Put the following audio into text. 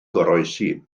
goroesi